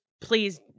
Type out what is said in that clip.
please